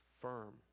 Firm